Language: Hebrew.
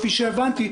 כפי שהבנתי,